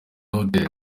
hotel